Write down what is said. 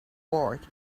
sword